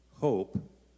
hope